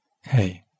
Hey